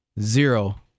zero